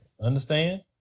Understand